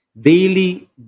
Daily